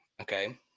Okay